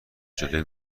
جلوی